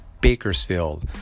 Bakersfield